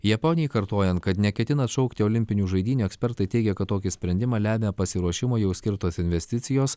japonijai kartojant kad neketina atšaukti olimpinių žaidynių ekspertai teigia kad tokį sprendimą lemia pasiruošimui jau skirtos investicijos